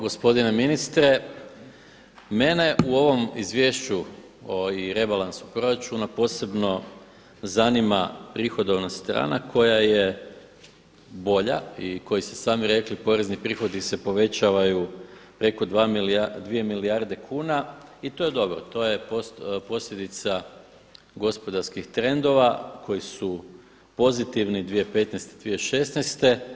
Gospodine ministre, mene u ovom izvješću o rebalansu proračuna posebno zanima prihodovna strana koja je bolja i kako ste sami rekli porezni prihodi se povećavaju preko 2 milijarde kuna i to je dobro, to je posljedica gospodarskih trendova koji su pozitivni 2015., 2016.